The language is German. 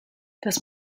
das